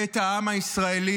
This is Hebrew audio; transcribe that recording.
בית העם הישראלי,